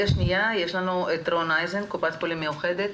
נמצא איתנו רון אייזן מקופת חולים מאוחדת.